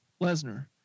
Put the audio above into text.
Lesnar